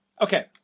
Okay